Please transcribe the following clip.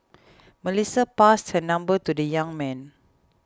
Melissa passed her number to the young man